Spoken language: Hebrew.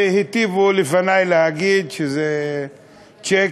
והיטיבו לפני להגיד שזה צ'ק,